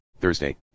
Thursday